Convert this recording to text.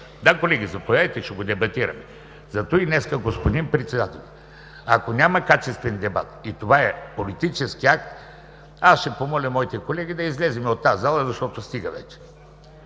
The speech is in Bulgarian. да, колеги, заповядайте, ще го дебатираме! Господин Председател, затова, ако днес няма качествен дебат и това е политически акт, аз ще помоля моите колеги да излезем от тази зала, защото – стига вече!